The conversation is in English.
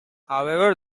however